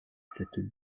cette